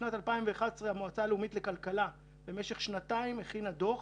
בשנת 2011 המועצה הלאומית לכלכלה הכינה דוח